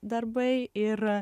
darbai ir